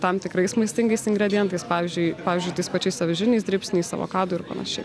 tam tikrais maistingais ingredientais pavyzdžiui pavyzdžiui tais pačiais avižiniais dribsniais avokadų ir panašiai